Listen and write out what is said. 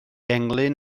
englyn